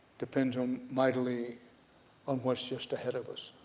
depends um mightily on what's just ahead of us.